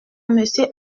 monsieur